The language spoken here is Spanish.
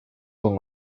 con